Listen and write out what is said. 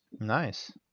Nice